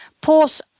pause